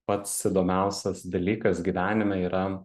pats įdomiausias dalykas gyvenime yra